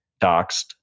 doxed